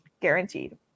guaranteed